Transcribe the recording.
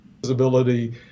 visibility